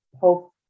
hope